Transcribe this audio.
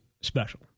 special